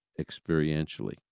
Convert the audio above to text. experientially